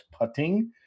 Putting